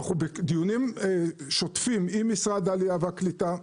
אנחנו בדיונים שוטפים עם משרד העלייה והקליטה,